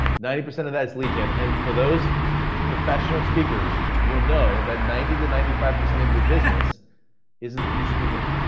ninety percent of that is lead gen. and for those professional speakers, you'll know that ninety to ninety five percent of your business isn't you speaking.